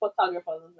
photographers